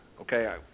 okay